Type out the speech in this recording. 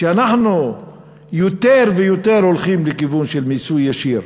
שאנחנו יותר ויותר הולכים לכיוון של מיסוי ישיר,